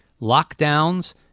lockdowns